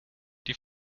die